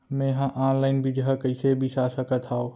मे हा अनलाइन बीजहा कईसे बीसा सकत हाव